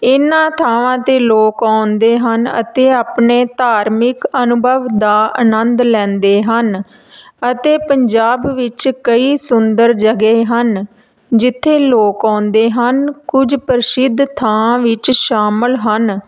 ਇਹਨਾਂ ਥਾਵਾਂ 'ਤੇ ਲੋਕ ਆਉਂਦੇ ਹਨ ਅਤੇ ਆਪਣੇ ਧਾਰਮਿਕ ਅਨੁਭਵ ਦਾ ਆਨੰਦ ਲੈਂਦੇ ਹਨ ਅਤੇ ਪੰਜਾਬ ਵਿੱਚ ਕਈ ਸੁੰਦਰ ਜਗ੍ਹਾ ਹਨ ਜਿੱਥੇ ਲੋਕ ਆਉਂਦੇ ਹਨ ਕੁਝ ਪ੍ਰਸਿੱਧ ਥਾਂ ਵਿੱਚ ਸ਼ਾਮਿਲ ਹਨ